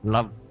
Love